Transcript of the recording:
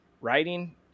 writing